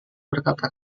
berkata